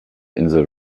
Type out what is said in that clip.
insel